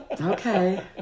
Okay